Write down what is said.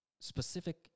specific